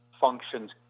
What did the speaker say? functions